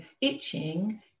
itching